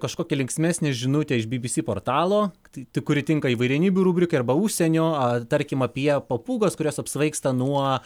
kažkokia linksmesnė žinutė iš bbc portalo tai tik kuri tinka įvairenybių rubrika arba užsienio ar tarkim apie papūgas kurio s apsvaigsta nuo